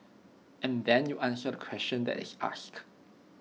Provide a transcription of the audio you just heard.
and then you answer the question that is asked